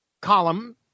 column